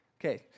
Okay